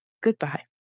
Goodbye